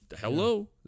Hello